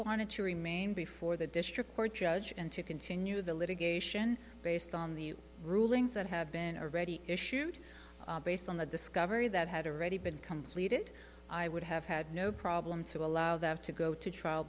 wanted to remain before the district court judge and to continue the litigation based on the rulings that have been already issued based on the discovery that had already been completed i would have had no problem to allow that to go to trial